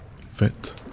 fit